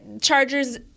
Chargers